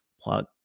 plug